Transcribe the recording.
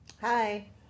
Hi